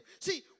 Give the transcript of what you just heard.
See